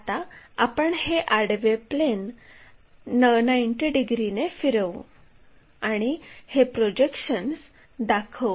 आता आपण हे आडवे प्लेन 90 डिग्रीने फिरवू आणि हे प्रोजेक्शन्स दाखवू